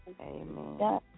Amen